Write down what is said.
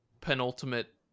penultimate